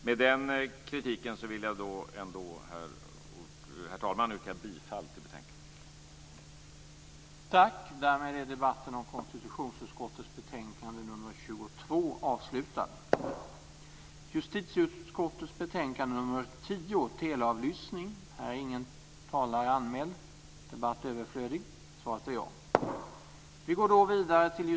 Med den kritiken, vill jag ändå, herr talman, yrka bifall till utskottets hemställan i betänkandet.